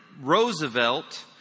Roosevelt